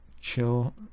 chill